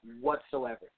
whatsoever